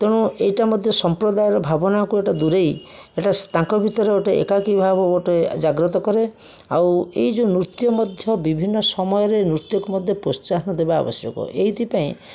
ତେଣୁ ଏଇଟା ମଧ୍ୟ ସମ୍ପ୍ରଦାୟର ଭାବନାକୁ ଏଇଟା ଦୁରେଇ ଏଇଟା ତାଙ୍କ ଭିତରେ ଗୋଟେ ଏକାକି ଭାବ ଗୋଟେ ଜାଗ୍ରତକରେ ଆଉ ଏହି ଯେଉଁ ନୃତ୍ୟ ମଧ୍ୟ ବିଭିନ୍ନ ସମୟରେ ନୃତ୍ୟକୁ ମଧ୍ୟ ପ୍ରୋତ୍ସାହ ଦେବା ଆବଶ୍ୟକ ଏଇଥିପାଇଁ